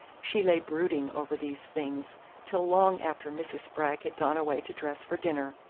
she lay brooding over these things till long after mrs. spragg had gone away to dress for dinner,